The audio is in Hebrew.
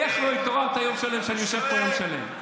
איך לא התעוררת יום שלם, כשאני יושב פה יום שלם?